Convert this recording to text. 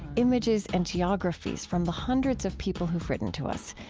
images and geographies from the hundreds of people who have written to us,